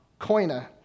koina